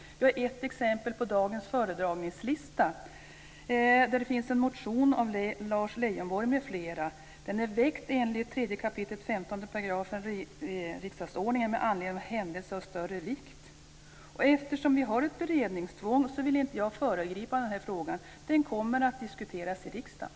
Vi har ett exempel på dagens föredragningslista, där det finns en motion av Lars Leijonborg m.fl. Den är väckt enligt 3 kap. 15 § riksdagsordningen med anledning av händelse av större vikt. Eftersom vi har ett beredningstvång vill inte jag föregripa den här frågan. Den kommer att diskuteras i riksdagen.